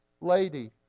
lady